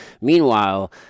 meanwhile